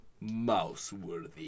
mouse-worthy